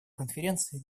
конференция